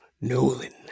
Nolan